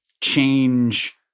change